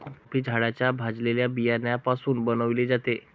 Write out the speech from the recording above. coffee झाडाच्या भाजलेल्या बियाण्यापासून बनविली जाते